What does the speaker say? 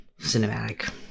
cinematic